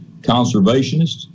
conservationists